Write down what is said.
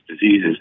diseases